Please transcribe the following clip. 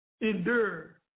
endure